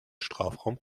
strafraum